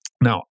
Now